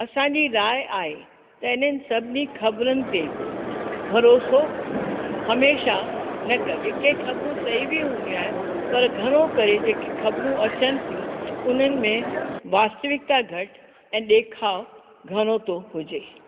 असांजी राय आहे त इन्हनि सभिनी ख़बरुनि ते भरोसो हमेशह न कॼे कंहिं ख़बरूं सही बि हूंदियूं आहिनि पर घणो करे जेके ख़बरूं अचनि थियूं उन्हनि में वास्तविकता घटि ऐं ॾेखाउ घणो थो हुजे